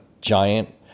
giant